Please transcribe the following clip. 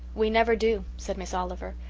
we never do, said miss oliver.